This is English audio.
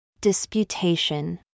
Disputation